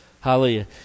Hallelujah